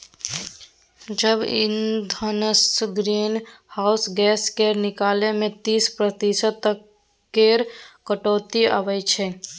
जैब इंधनसँ green house gas केर निकलब मे तीस प्रतिशत तक केर कटौती आबय छै